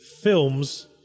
films